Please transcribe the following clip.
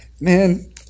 Man